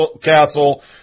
castle